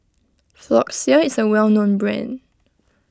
Floxia is a well known brand